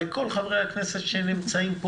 מי נמנע?